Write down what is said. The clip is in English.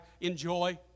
enjoy